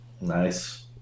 Nice